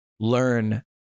Learn